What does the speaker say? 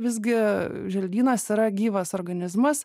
visgi želdynas yra gyvas organizmas